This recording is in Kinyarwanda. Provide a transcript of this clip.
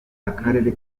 akarere